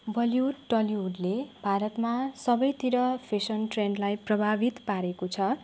Bollywood टलिवुडले भारतमा सबैतिर फेसन ट्रेन्डलाई प्रभावित पारेको छ